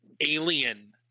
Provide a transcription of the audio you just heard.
alien